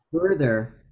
Further